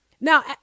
Now